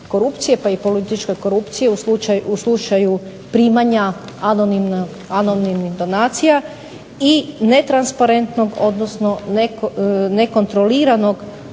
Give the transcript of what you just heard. politike korupcije u slučaju primanja anonimnih donacija ne transparentnog odnosno nekontroliranog